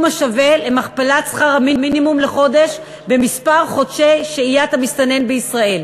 השווה למכפלת שכר המינימום לחודש במספר חודשי שהיית המסתנן בישראל.